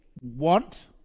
want